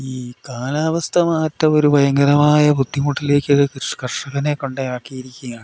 ഈ കാലാവസ്ഥ മാറ്റം ഒരു ഭയങ്കരമായ ബുദ്ധിമുട്ടിലേക്ക് കർഷകനെ കൊണ്ടു ആക്കിയിരിക്കുകയാണ്